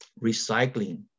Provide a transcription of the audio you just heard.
recycling